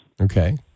Okay